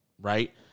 right